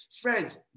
Friends